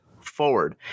forward